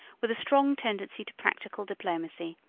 with a strong tendency to practical diplomacy.